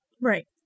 Right